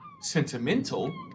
sentimental